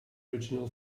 original